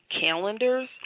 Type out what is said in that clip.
calendars